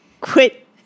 Quit